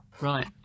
Right